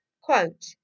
Quote